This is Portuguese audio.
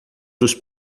dos